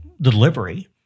delivery